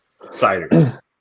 ciders